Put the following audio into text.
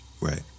Right